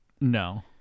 No